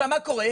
עכשיו מה קורה?